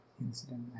incident